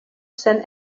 sen